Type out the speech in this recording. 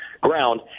ground